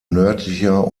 nördlicher